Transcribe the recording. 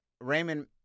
Raymond